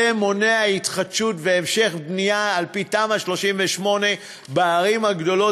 זה מונע התחדשות והמשך בנייה על-פי תמ"א 38 בערים הגדולות,